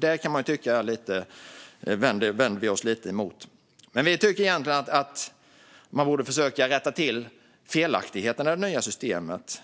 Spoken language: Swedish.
Det vänder vi oss lite emot. Man borde försöka att rätta till felaktigheterna i det nya systemet.